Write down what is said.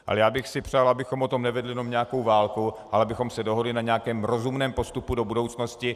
Ale já bych si přál, abychom o tom nevedli jenom nějakou válku, ale abychom se dohodli na nějakém rozumném postupu do budoucnosti.